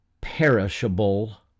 perishable